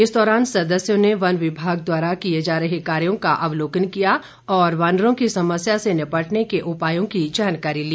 इस दौरान सदस्यों ने वन विभाग द्वारा किए जा रहे कार्यों का अवलोकन किया और वानरों की समस्या से निपटने के उपायों की जानकारी ली